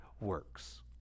works